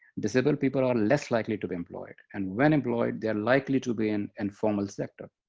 disabled people are less likely to be employed and when employed, they are likely to be in informal sector.